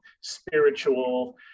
spiritual